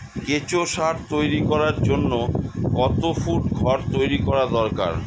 কেঁচো সার তৈরি করার জন্য কত ফুট ঘর তৈরি করা দরকার?